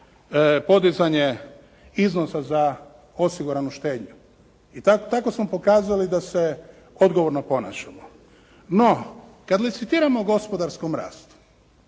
podizanje iznosa za osiguranu štednju i tako smo pokazali da se odgovorno ponašamo. No, kad licitiramo o gospodarskom rastu,